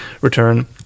return